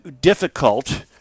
difficult